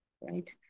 right